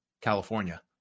California